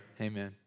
Amen